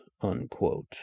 unquote